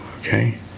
okay